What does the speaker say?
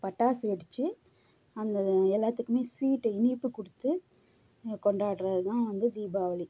பட்டாசு வெடிச்சு அந்த எல்லாத்துக்குமே ஸ்வீட்டு இனிப்பு கொடுத்து கொண்டாடுறது தான் வந்து தீபாவளி